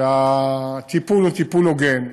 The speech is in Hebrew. שהטיפול הוא טיפול הוגן,